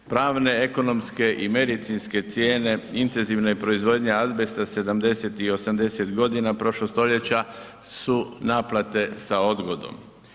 Pravne, ekonomske i medicinske cijene intenzivne proizvodnje azbesta 70-tih i 80-tih godina prošlog stoljeća su naplate sa odgodom.